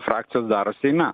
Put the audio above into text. frakcijos daro seime